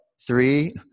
three